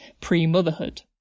pre-motherhood